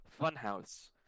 funhouse